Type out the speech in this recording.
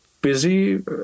busy